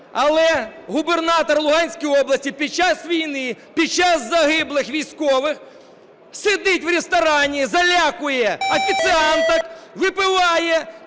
Але губернатор Луганської області під час війни, під час загиблих військових сидить в ресторані, залякує офіціанток, випиває